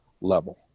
level